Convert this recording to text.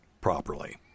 properly